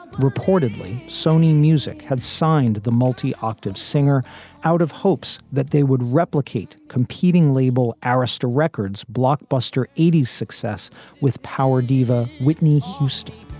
reportedly, sony music had signed the multi octave singer out of hopes that they would replicate competing label arista records blockbuster eighty s success with power diva whitney houston